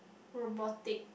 robotic